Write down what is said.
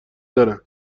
دارن